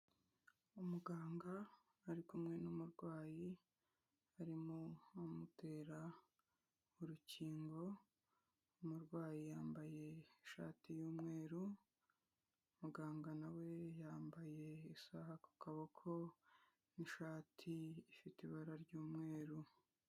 Umuganga ari kumwe n'umurwayi arimo amutera urukingo, umurwayi yambaye ishati y'umweru, muganga na we yambaye isaha ku kaboko n'ishati ifite ibara ry'umweru.